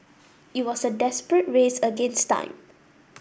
it was a desperate race against time